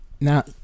now